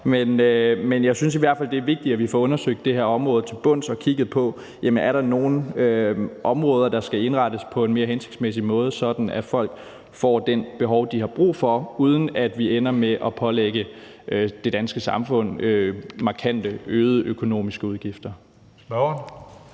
Men jeg synes i hvert fald, det er vigtigt, at vi får undersøgt det her område til bunds og kigget på, om der er nogen områder, der skal indrettes på en mere hensigtsmæssig måde, sådan at folk får det, de har brug for, uden at vi ender med at pålægge det danske samfund markante øgede økonomiske udgifter.